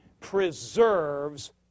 preserves